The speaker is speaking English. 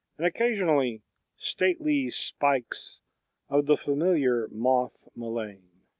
and occasionally stately spikes of the familiar moth mullein.